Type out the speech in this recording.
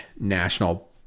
national